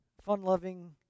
fun-loving